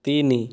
ତିନି